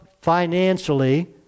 financially